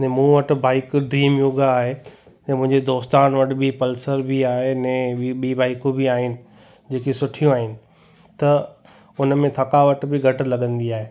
ने मूं वटि बाइक ड्रीम युग आहे ऐं मुंहिंजे दोस्तनि वटि बि पल्सर बि आहे ने ॿी ॿी बाइकूं बि आहिनि जेकी सुठियूं आहिनि त उन में थकावट बि घटि लॻंदी आहे